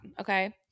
okay